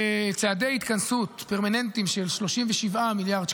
צעדי התכנסות פרמננטיים של 37 מיליארד שקלים,